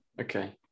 Okay